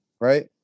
right